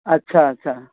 اچھا اچھا